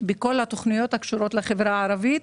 בכל התוכניות הקשורות לחברה הערבית,